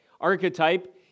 Archetype